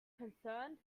concerned